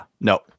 no